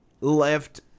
left